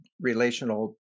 relational